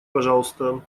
пожалуйста